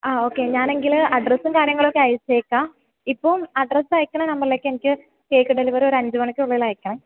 ആ ഒക്കെ ഞാൻ എങ്കില് അഡ്രസ്സും കാര്യങ്ങളുമൊക്കെ അയച്ചേക്കാം ഇപ്പം അഡ്രസ്സ് അയക്കുന്ന നമ്പറിലേക്ക് എനിക്ക് കേക്ക് ഡെലിവറി ഒരു അഞ്ച് മണിക്കുള്ളില് അയക്കണം